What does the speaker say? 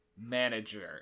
Manager